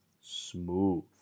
smooth